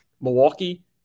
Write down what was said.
Milwaukee